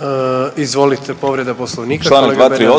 **Jandroković, Gordan (HDZ)** Izvolite povreda poslovnika kolega Bernardić.